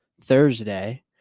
Thursday